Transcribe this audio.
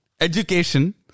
education